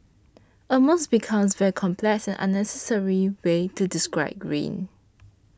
almost becomes very complex and unnecessary way to describe rain